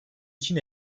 için